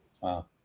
Wow